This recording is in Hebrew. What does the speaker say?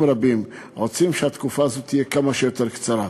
רבים רוצים שהתקופה הזאת תהיה כמה שיותר קצרה.